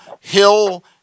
Hill